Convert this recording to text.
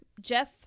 Jeff